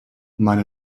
meine